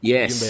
Yes